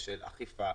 של אכיפה,